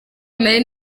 nari